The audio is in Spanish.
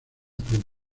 cruz